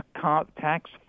tax